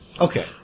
Okay